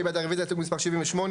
מי בעד רביזיה להסתייגות מספר 84?